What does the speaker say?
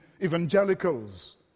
evangelicals